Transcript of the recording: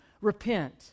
Repent